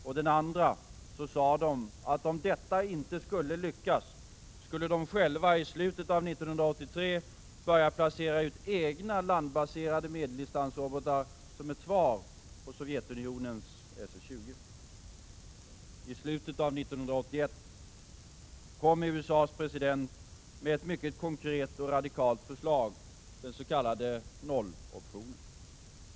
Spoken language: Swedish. Å den andra sade de att om detta inte skulle lyckas, skulle de själva i slutet av 1983 börja placera ut egna landbaserade medeldistansrobotar som ett svar på Sovjetunionens SS 20-robotar. I slutet av 1981 kom USA:s president med ett mycket konkret och radikalt förslag, den s.k. nolloptionen.